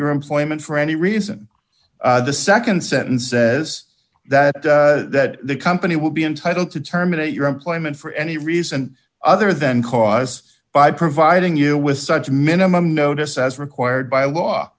your employment for any reason the nd sentence says that that the company will be entitled to terminate your employment for any reason other than cause by providing you with such minimum notice as required by law